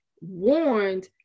warned